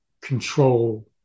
control